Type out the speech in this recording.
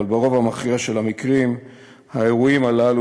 אבל ברוב המכריע של המקרים האירועים הללו